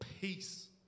peace